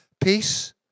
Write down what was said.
Peace